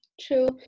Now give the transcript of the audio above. True